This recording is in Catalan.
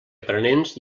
aprenents